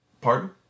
Pardon